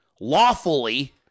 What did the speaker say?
lawfully